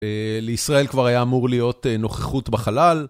לישראל כבר היה אמור להיות נוכחות בחלל.